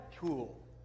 Cool